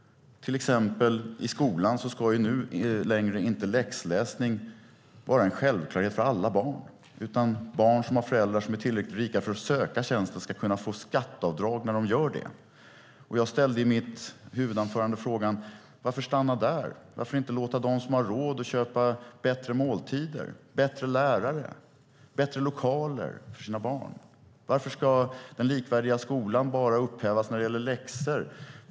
Till exempel ska nu inte längre läxläsning vara en självklarhet för alla barn, utan barn som har föräldrar som är tillräckligt rika för att köpa tjänsten ska kunna få skatteavdrag när de gör det. Jag ställde i mitt huvudanförande frågan: Varför stanna där? Varför inte låta dem som har råd köpa bättre måltider, bättre lärare och bättre lokaler för sina barn? Varför ska den likvärdiga skolan upphävas bara när det gäller läxor?